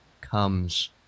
comes